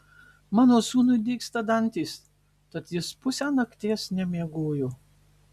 mano sūnui dygsta dantys tad jis pusę nakties nemiegojo